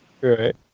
right